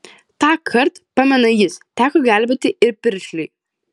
tąkart pamena jis teko gelbėti ir piršliui